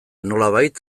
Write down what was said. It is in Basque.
nolabait